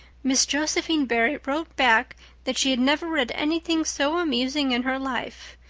miss josephine barry wrote back that she had never read anything so amusing in her life.